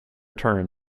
term